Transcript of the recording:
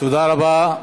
תודה רבה.